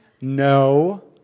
No